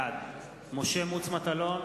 בעד משה מטלון,